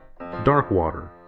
Darkwater